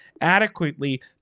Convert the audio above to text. adequately